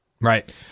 Right